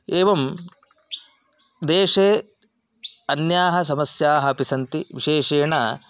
एवं देशे अन्याः समस्याः अपि सन्ति विशेषेण